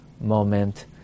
moment